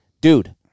dude